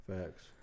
Facts